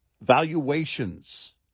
valuations